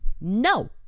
No